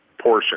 portion